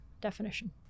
definition